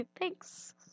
Thanks